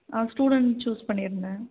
ஆ student choose பண்ணியிருந்தேன்